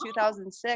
2006